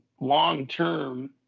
long-term